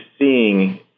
seeing